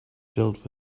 filled